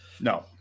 no